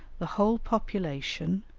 the whole population,